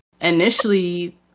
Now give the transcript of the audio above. Initially